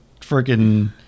freaking